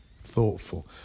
thoughtful